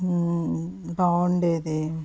బాగుండేది